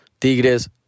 Tigres